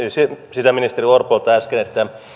sisäministeri orpolta äsken että